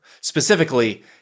Specifically